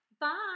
Bye